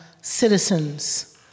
citizens